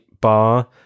bar